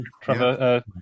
Trevor